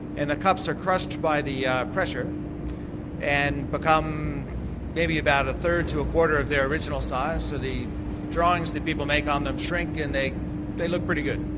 and the cups are crushed by the yeah pressure and become maybe about a third to a quarter of their original size. so the drawings the people make on them shrink and they they look pretty good.